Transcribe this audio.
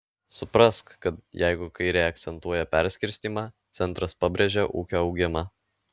suprask kad jeigu kairė akcentuoja perskirstymą centras pabrėžia ūkio augimą